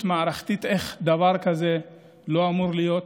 מערכתית: איך דבר כזה לא אמור להיות.